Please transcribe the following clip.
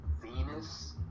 Venus